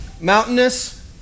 Mountainous